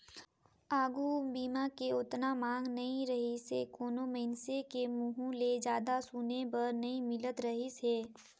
आघू बीमा के ओतना मांग नइ रहीसे कोनो मइनसे के मुंहूँ ले जादा सुने बर नई मिलत रहीस हे